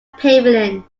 pavilion